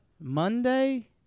Monday